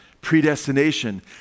predestination